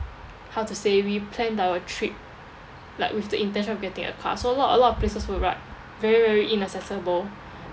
how to say we planned our trip like with the intention of getting a car so a lot a lot of places were like very very inaccessible